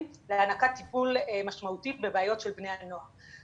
להענקת טיפול משמעותי בבעיות של בני הנוער.